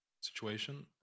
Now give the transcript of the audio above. situation